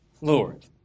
Lord